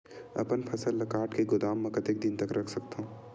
अपन फसल ल काट के गोदाम म कतेक दिन तक रख सकथव?